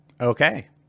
Okay